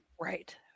Right